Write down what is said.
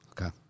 Okay